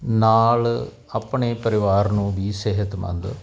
ਨਾਲ ਆਪਣੇ ਪਰਿਵਾਰ ਨੂੰ ਵੀ ਸਿਹਤਮੰਦ